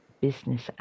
business